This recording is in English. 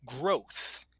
growth